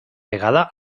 vegada